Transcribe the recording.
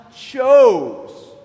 chose